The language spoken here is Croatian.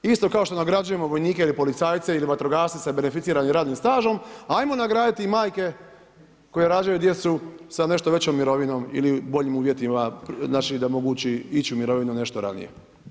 Isto kao što nagrađujemo vojnike ili policajce ili vatrogasce sa beneficiranim radnim stažom, ajmo nagraditi i majke koje rađaju djecu sa nešto većom mirovinom ili boljim uvjetima naših da mogu ići u mirovinu nešto ranije.